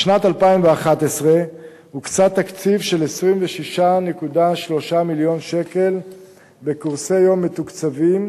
בשנת 2011 הוקצה תקציב של 26.3 מיליון שקל בקורסי יום מתוקצבים.